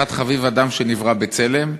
אחד, חביב אדם שנברא בצלם.